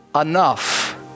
enough